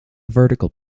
vertical